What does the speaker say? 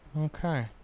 Okay